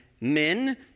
men